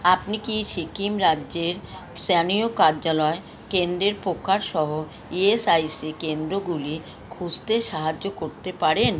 আপনি কি সিকিম রাজ্যের স্থানীয় কার্যালয় কেন্দ্রের প্রকারসহ ই এস আই সি কেন্দ্রগুলি খুঁজতে সাহায্য করতে পারেন